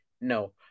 No